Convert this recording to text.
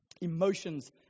emotions